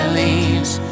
leaves